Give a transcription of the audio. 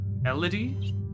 Melody